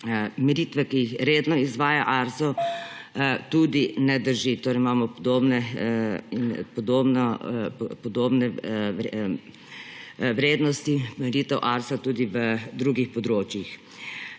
meritve, ki jih redno izvaja Arso, tudi ne drži. Torej imamo podobne vrednosti meritev Arsa tudi v drugih območjih.